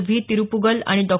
V Thiruppugal आणि डॉ